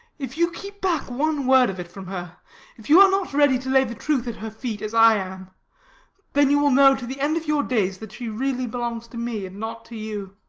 if you keep back one word of it from her if you are not ready to lay the truth at her feet as i am then you will know to the end of your days that she really belongs to me and not to you.